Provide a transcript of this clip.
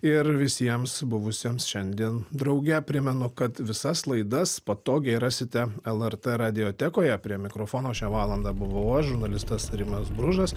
ir visiems buvusiems šiandien drauge primenu kad visas laidas patogiai rasite lrt radiotekoje prie mikrofono šią valandą buvau aš žurnalistas rimas bružas